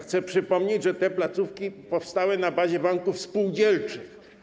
Chcę przypomnieć, że te placówki powstały na bazie banków spółdzielczych.